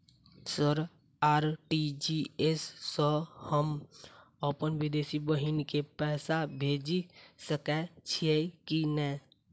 Sir RTGS सँ हम अप्पन विदेशी बहिन केँ पैसा भेजि सकै छियै की नै?